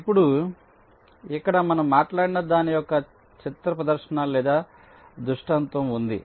ఇప్పుడు ఇక్కడ మనం మాట్లాడిన దాని యొక్క చిత్ర ప్రదర్శన లేదా దృష్టాంతం ఉంది